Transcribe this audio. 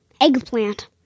Eggplant